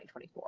2024